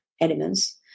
elements